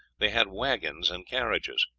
they had wagons and carriages.